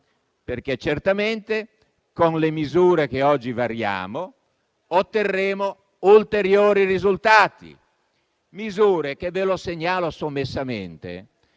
perché certamente, con le misure che oggi variamo, otterremo ulteriori risultati. Misure che - ve lo segnalo sommessamente